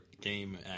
game